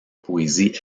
poésie